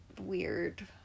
weird